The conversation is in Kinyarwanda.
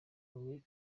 agoye